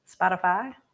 Spotify